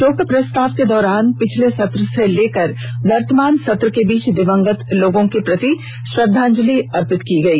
शोक प्रस्ताव के दौरान पिछले सत्र से लेकर वर्तमान सत्र के बीच दिवंगत हुए लोगों के प्रति श्रद्दांजलि अर्पित की गई